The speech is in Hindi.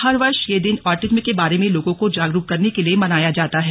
हर वर्ष ये दिन ऑटीजम के बारे में लोगों को जागरूक करने के लिए मनाया जाता है